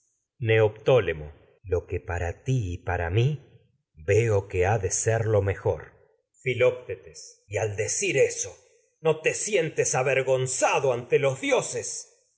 lo que para ti y para mí veo que ha ser mejor filoótetes zado ante y al decir eso no te sientes avergon los dioses